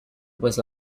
was